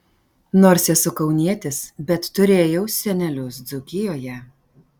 nors esu kaunietis bet turėjau senelius dzūkijoje